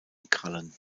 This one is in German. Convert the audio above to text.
krallen